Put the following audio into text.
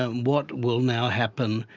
ah and what will now happen,